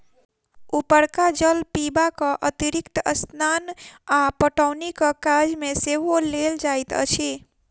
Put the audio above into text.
उपरका जल पीबाक अतिरिक्त स्नान आ पटौनीक काज मे सेहो लेल जाइत अछि